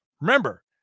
Remember